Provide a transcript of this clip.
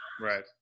right